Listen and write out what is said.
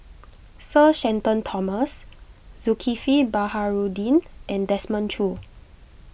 Sir Shenton Thomas Zulkifli Baharudin and Desmond Choo